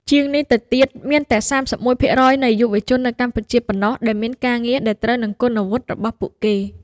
ជាងនេះទៅទៀត មានតែ ៣១ ភាគរយនៃយុវជននៅកម្ពុជាប៉ុណ្ណោះដែលមានការងារដែលត្រូវនឹងគុណវុឌ្ឍិរបស់ពួកគេ។